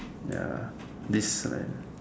ya this